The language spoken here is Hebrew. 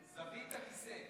זווית הכיסא.